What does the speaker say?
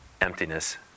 emptiness